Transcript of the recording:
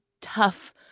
tough